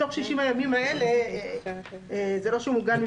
בתוך 60 הימים האלה, זה לא שהוא מוגן.